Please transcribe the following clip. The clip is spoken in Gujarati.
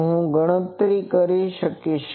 તો હું તે ગણતરી કરી શકીશ